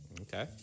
Okay